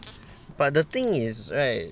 but the thing is right